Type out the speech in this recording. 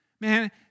Man